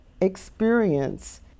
experience